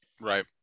Right